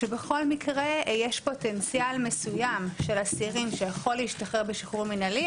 כשבכל מקרה יש פוטנציאל מסוים של אסירים שיכול להשתחרר בשחרור מינהלי,